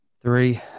Three